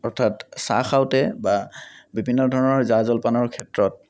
অৰ্থাৎ চাহ খাওঁতে বা বিভিন্ন ধৰণৰ জা জলপানৰ ক্ষেত্ৰত